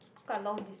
quite a long des~